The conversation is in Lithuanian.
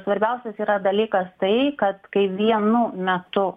svarbiausias yra dalykas tai kad kai vienu metu